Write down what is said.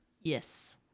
Yes